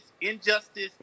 injustice